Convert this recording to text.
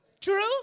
True